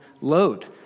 load